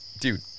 Dude